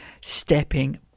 Stepping